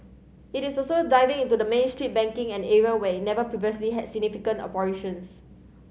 it is also diving into the Main Street banking an area where never previously had significant operations